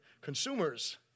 consumers